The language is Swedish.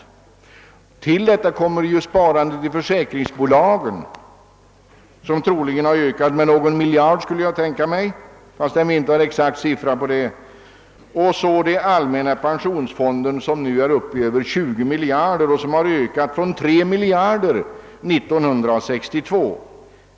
Till detta kommer sparandet i försäkringsbolagen, som troligen har ökat med någon miljard — jag har inte någon exakt uppgift om det — och i den allmänna pensionsfonden som nu är uppe i över 20 miljarder kronor jämfört med 3 miljarder år 1962.